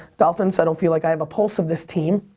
dolphins, i don't feel like i have a pulse of this team,